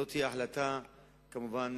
ההחלטה תתקבל, כמובן,